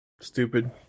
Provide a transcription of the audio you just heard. Stupid